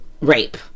rape